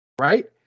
right